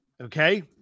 Okay